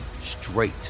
straight